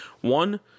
one